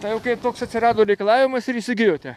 tai jau kai toks atsirado reikalavimas ir įsigijote